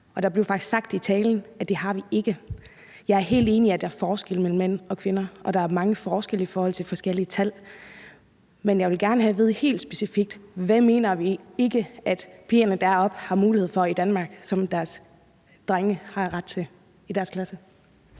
Og der blev faktisk sagt i talen, at det har vi ikke. Jeg er helt enig i, at der er forskelle mellem mænd og kvinder, og at der er mange forskelle i forhold til forskellige tal. Men jeg vil gerne have at vide helt specifikt: Hvad mener man ikke at pigerne deroppe har mulighed for i Danmark, som drengene i deres klasse